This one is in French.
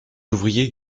ouvriers